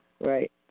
Right